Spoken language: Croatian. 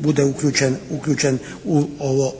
bude uključen u ovo,